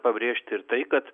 pabrėžti ir tai kad